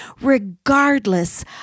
regardless